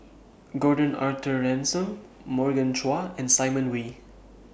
Gordon Arthur Ransome Morgan Chua and Simon Wee